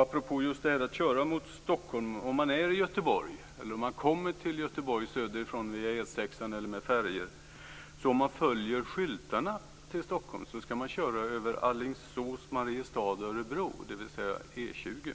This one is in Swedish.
Apropå just detta att köra mot Stockholm vill jag säga att om man är i Göteborg, eller om man kommer till Göteborg söderifrån via E 6:an eller med färjor, ska man om man följer skyltarna mot Stockholm köra över Alingsås, Mariestad och Örebro, dvs. E 20.